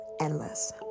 endless